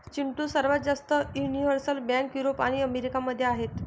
चिंटू, सर्वात जास्त universal bank Europe आणि अमेरिका मध्ये आहेत